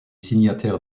signataires